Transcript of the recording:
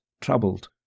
troubled